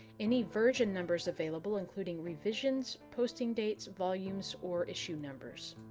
any version numbers available, including revisions, posting dates, volumes, or issue numbers.